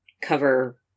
cover